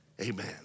Amen